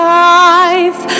life